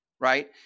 right